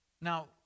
Now